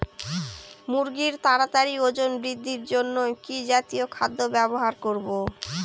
মুরগীর তাড়াতাড়ি ওজন বৃদ্ধির জন্য কি জাতীয় খাদ্য ব্যবহার করব?